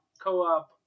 co-op